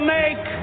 make